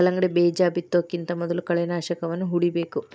ಕಲ್ಲಂಗಡಿ ಬೇಜಾ ಬಿತ್ತುಕಿಂತ ಮೊದಲು ಕಳೆನಾಶಕವನ್ನಾ ಹೊಡಿಬೇಕ